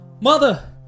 Mother